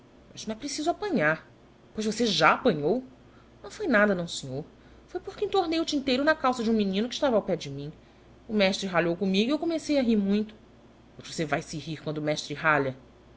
mas não é preciso apanhar pois você já apanhou não foi nada não senhor foi porque entornei o tinteiro na calça de um menino que estava ao pé de mim o mestre ralhou commigo e eu comecei a rir muito pois você vae se rir quando o mestre